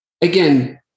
again